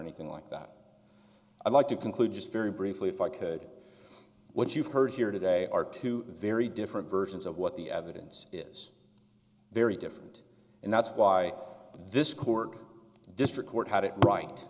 anything like that i'd like to conclude just very briefly if i could what you've heard here today are two very different versions of what the evidence is very different and that's why this court district court had it right